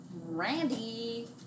Randy